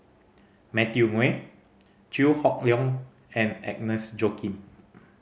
Matthew Ngui Chew Hock Leong and Agnes Joaquim